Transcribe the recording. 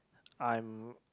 I'm